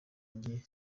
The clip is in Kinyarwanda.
njye